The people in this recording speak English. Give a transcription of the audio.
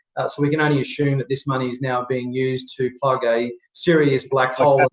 so we can only assume that this money is now being used to plug a serious black hole